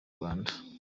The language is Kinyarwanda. rwanda